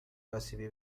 اسیبی